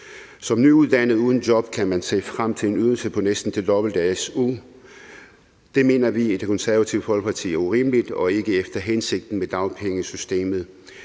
Som nyuddannet uden job kan man se frem til en ydelse på næsten det dobbelte af su. Det mener vi i Det Konservative Folkeparti er urimeligt og ikke efter hensigten med dagpengesystemet.